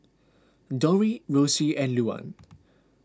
Dori Rossie and Luann